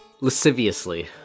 lasciviously